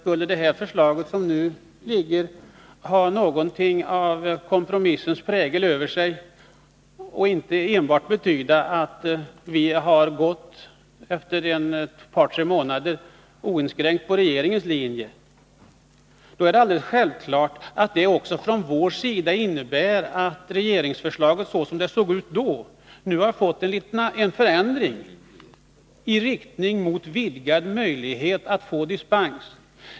Skulle det förslag som nu föreligger ha något av kompromissens prägel över sig och inte enbart betyda att vi efter ett par tre månader oinskränkt har gått på regeringens linje, så är det alldeles självklart att det också innebär att regeringsförslaget nu har förändrats i riktning mot vidgad möjlighet att få dispens.